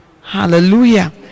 Hallelujah